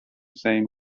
same